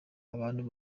abantu